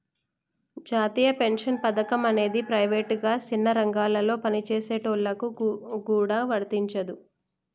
జాతీయ పెన్షన్ పథకం అనేది ప్రైవేటుగా సిన్న రంగాలలో పనిచేసుకునేటోళ్ళకి గూడా వర్తించదు